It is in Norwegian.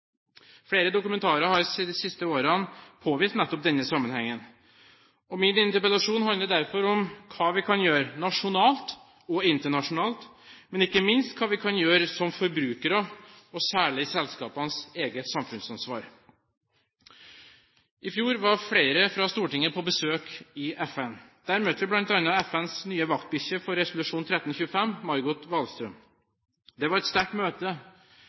Flere dokumentarer har de siste årene påvist nettopp denne sammenhengen. Min interpellasjon handler derfor om hva vi kan gjøre nasjonalt og internasjonalt, men ikke minst om hva vi kan gjøre som forbrukere, og særlig selskapenes eget samfunnsansvar. I fjor var flere fra Stortinget på besøk i FN. Der møtte vi bl.a. FNs nye vaktbikkje for resolusjon 1325, Margot Wallström. Det var et sterkt møte